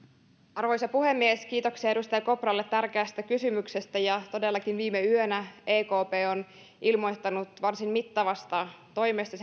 arvoisa puhemies kiitoksia edustaja kopralle tärkeästä kysymyksestä todellakin viime yönä ekp on ilmoittanut varsin mittavasta toimesta